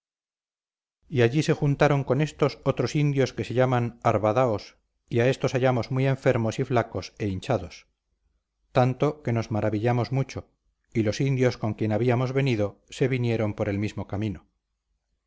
y allí se juntaron con estos otros indios que se llamaban arbadaos y a éstos hallamos muy enfermos y flacos e hinchados tanto que nos maravillamos mucho y los indios con quien habíamos venido se vinieron por el mismo camino